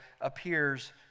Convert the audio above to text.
appears